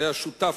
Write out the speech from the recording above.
שהיה שותף,